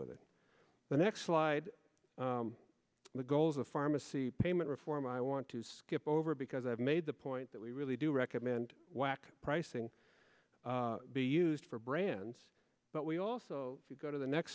with it the next slide the goals of pharmacy payment reform i want to skip over because i've made the point that we really do recommend whack pricing be used for brands but we also go to the next